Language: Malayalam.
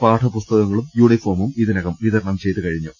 പാഠപുസ്തകങ്ങളും യൂണിഫോമും ഇതിനകം വിതരണം ചെയ്തുകഴിഞ്ഞു